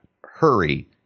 hurry